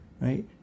right